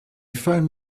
found